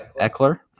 Eckler